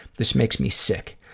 this makes me sick.